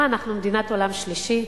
מה, אנחנו מדינת עולם שלישי?